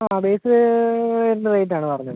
ആ റേറ്റ് ഇതിൻ്റെ റേറ്റ് ആണ് പറഞ്ഞത്